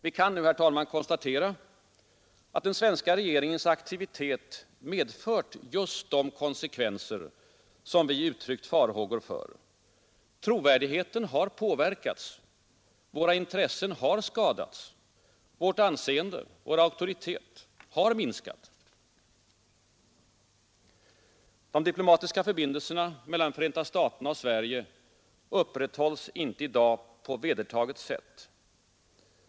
Vi kan nu, herr talman, konstatera att den svenska regeringens aktivitet medfört just de konsekvenser vi uttryckt farhågor för. Trovärdigheten har påverkats. Sveriges intressen har skadats. Vårt anseende och vår auktoritet har minskat. De diplomatiska förbindelserna mellan Förenta staterna och Sverige upprätthålls i dag inte på vedertaget sätt.